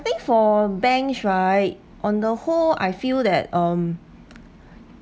I think for banks right on the whole I feel that um